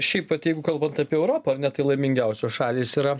šiaip vat jeigu kalbant apie europą ar ne tai laimingiausios šalys yra